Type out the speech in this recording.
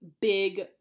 big